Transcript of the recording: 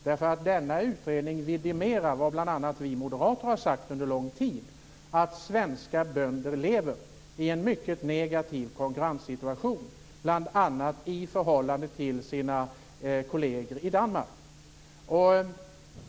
Den vidimerar vad bl.a. vi moderater har sagt under lång tid, nämligen att svenska bönder lever i en mycket negativ konkurrenssituation bl.a. i förhållande till sina kolleger i Danmark.